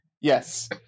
Yes